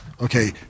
Okay